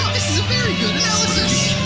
very good analysis.